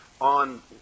on